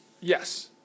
Yes